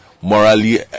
morally